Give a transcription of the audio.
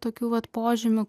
tokių vat požymių